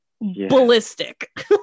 ballistic